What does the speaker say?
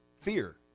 Fear